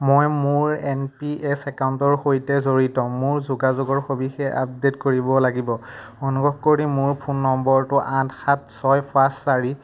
মই মোৰ N P S একাউণ্টৰ সৈতে জড়িত মোৰ যোগাযোগৰ সবিশেষ আপডেট কৰিব লাগিব অনুগ্ৰহ কৰি মোৰ ফোন নম্বৰটো আঠ সাত ছয় পাঁচ চাৰি